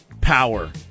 power